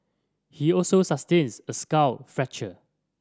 he also sustains a skull fracture